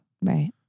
Right